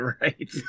Right